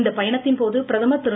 இந்த பயணத்தின் போது பிரதமர் திரு